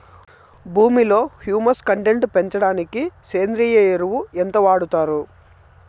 భూమిలో humus content పెంచడానికి సేంద్రియ ఎరువు ఎంత వాడుతారు